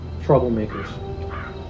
Troublemakers